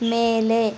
ಮೇಲೆ